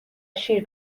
شیر